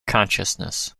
consciousness